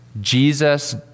Jesus